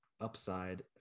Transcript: upside